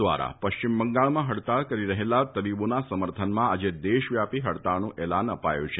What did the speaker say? દ્વારા પશ્ચિમ બંગાળમાં હડતાલ કરી રહેલા તબીબોના સમર્થનમાં આજે દેશવ્યાપી હડતાલનું એલાન અપાયું છે